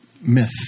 myth